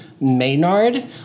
Maynard